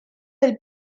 del